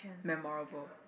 memorable